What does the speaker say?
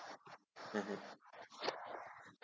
mmhmm